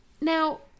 Now